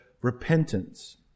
repentance